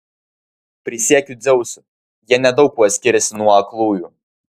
prisiekiu dzeusu jie nedaug kuo skiriasi nuo aklųjų